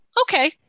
okay